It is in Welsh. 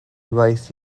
waeth